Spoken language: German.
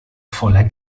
voller